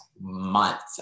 months